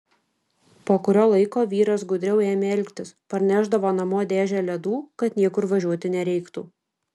po kurio laiko vyras gudriau ėmė elgtis parnešdavo namo dėžę ledų kad niekur važiuoti nereiktų